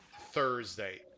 Thursday